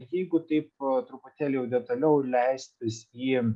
jeigu taip truputėlį jau detaliau leistis į